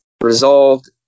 Resolved